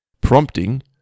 prompting